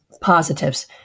positives